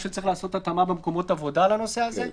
שצריך לעשות התאמה במקומות עבודה לנושא הזה.